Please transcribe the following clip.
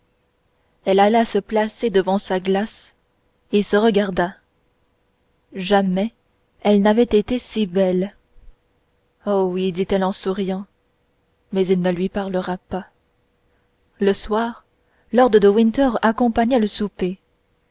elle alla se placer devant sa glace et se regarda jamais elle n'avait été si belle oh oui dit-elle en souriant mais il ne lui parlera pas le soir lord de winter accompagna le souper